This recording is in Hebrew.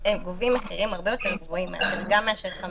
גובים מחירים הרבה יותר גבוהים מ-5,000.